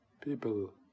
people